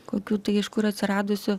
kokių tik iš kur atsiradusių